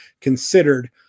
considered